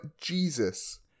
Jesus